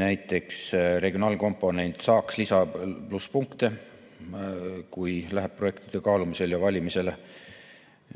Näiteks, regionaalkomponent saaks lisaplusspunkte, kui läheb projektide kaalumiseks ja valimiseks.